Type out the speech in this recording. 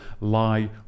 lie